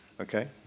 Okay